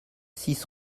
six